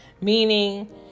meaning